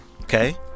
Okay